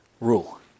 rule